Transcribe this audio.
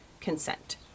consent